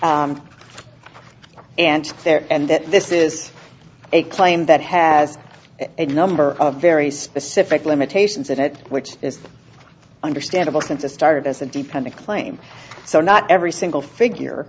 that this is a claim that has a number of very specific limitations that it which is understandable since it started as a deep kind of claim so not every single figure